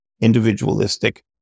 individualistic